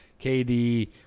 KD